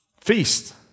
feast